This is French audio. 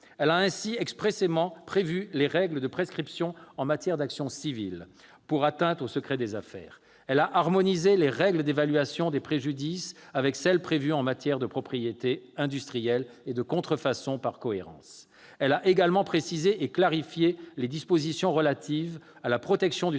Elle a ainsi expressément prévu les règles de prescription en matière d'action civile pour atteinte au secret des affaires. Elle a harmonisé, par cohérence, les règles d'évaluation des préjudices avec celles qui sont prévues en matière de propriété industrielle et de contrefaçon. Elle a également précisé et clarifié les dispositions relatives à la protection du